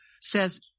says